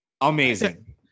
amazing